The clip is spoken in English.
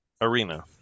Arena